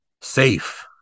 safe